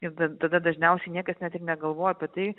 ir d tada dažniausiai niekas net ir negalvoja apie tai